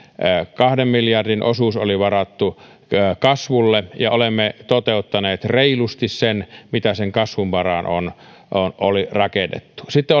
kahden miljardin osuus oli varattu kasvulle ja olemme toteuttaneet reilusti sen mitä sen kasvun varaan oli rakennettu sitten